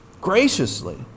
graciously